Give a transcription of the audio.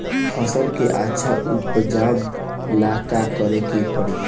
फसल के अच्छा उपजाव ला का करे के परी?